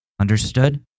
Understood